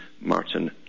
Martin